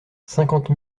cinquante